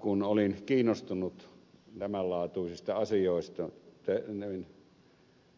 kun olin kiinnostunut tämän laatuisista asioista niin